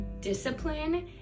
discipline